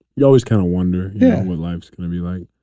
you always kind of wonder yeah what life's going to be like.